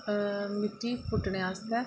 मित्ती पुट्टने आस्तै